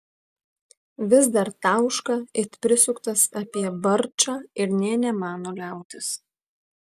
vis dar tauška it prisuktas apie barčą ir nė nemano liautis